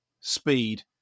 speed